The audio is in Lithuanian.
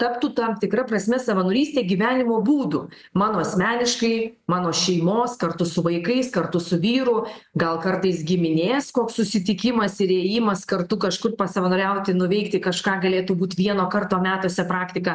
taptų tam tikra prasme savanorystė gyvenimo būdu mano asmeniškai mano šeimos kartu su vaikais kartu su vyru gal kartais giminės koks susitikimas ir ėjimas kartu kažkur savanoriauti nuveikti kažką galėtų būt vieno karto metuose praktika